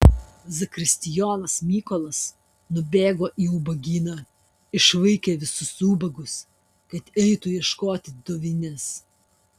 zakristijonas mykolas nubėgo į ubagyną išvaikė visus ubagus kad eitų ieškoti dovinės